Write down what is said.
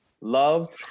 love